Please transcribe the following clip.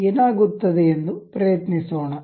ಏನಾಗುತ್ತದೆ ಎಂದು ಪ್ರಯತ್ನಿಸೋಣ